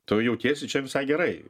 tu jautiesi čia visai gerai